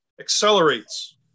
accelerates